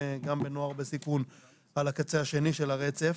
גם בנוער בסיכון על הקצה השני של הרצף,